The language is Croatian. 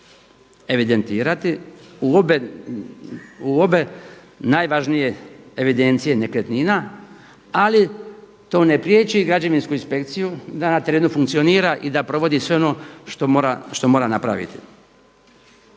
evidentirati u obe najvažnije evidencije nekretnina, ali to ne priječi građevinsku inspekciju da na terenu funkcionira i da provodi sve ono što mora napraviti.